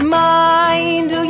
mind